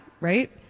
right